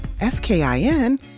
S-K-I-N